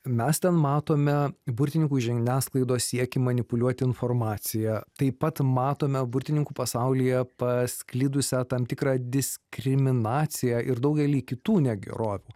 mes ten matome burtininkų žiniasklaidos siekį manipuliuoti informacija taip pat matome burtininkų pasaulyje pasklidusią tam tikrą diskriminaciją ir daugelį kitų negerovių